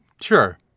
Sure